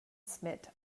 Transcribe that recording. smit